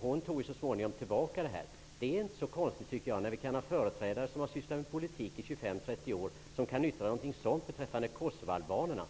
Hon tog så småningom tillbaka det. Det är inte så konstigt att vi i Ny demokrati kan fälla ett uttalande som inte är korrekt när en regeringsföreträdare som har sysslat med politik i 25--30 år kan yttra något sådant beträffande kosovoalbanerna.